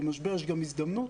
במשבר יש גם הזדמנות,